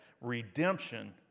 redemption